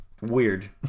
weird